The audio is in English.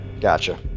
Gotcha